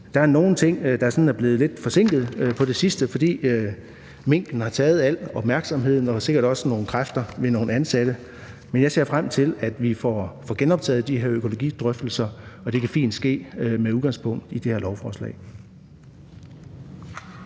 Der er nogle ting, der sådan er blevet lidt forsinket på det sidste, fordi minken har taget al opmærksomheden og sikkert også nogle kræfter fra nogle ansatte, men jeg ser frem til, at vi får genoptaget de her økologidrøftelser, og det kan fint ske med udgangspunkt i det her lovforslag.